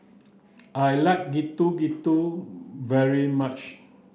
I like Getuk Getuk very much